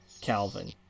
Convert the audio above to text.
Calvin